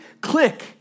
Click